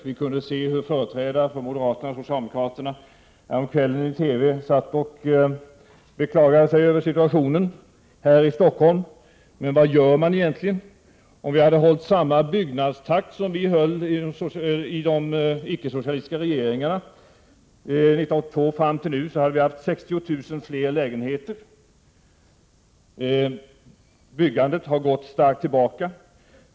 Vi kunde häromkvällen se hur företrädare för moderaterna och socialdemokraterna i TV satt och beklagade sig över situationen här i Stockholm. Men vad gör man egentligen? Om man från 1982 och fram till nu hade hållit samma byggnadstakt som vi höll i de ickesocialistiska regeringarna, hade vi haft 60 000 fler lägenheter. Byggandet har gått starkt tillbaka.